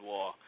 War